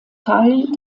teil